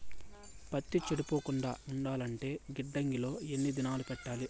పత్తి చెడిపోకుండా ఉండాలంటే గిడ్డంగి లో ఎన్ని దినాలు పెట్టాలి?